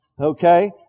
Okay